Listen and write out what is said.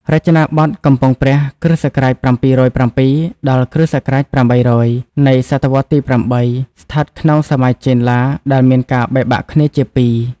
រចនាបថកំពង់ព្រះ គ.ស ៧០៧ ដល់ គ.ស ៨០០ នៃសតវត្សរ៍ទី៨ ស្ថិតក្នុងសម័យចេនឡា ដែលមានការបែកបាក់គ្នាជាពីរ។